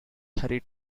hurried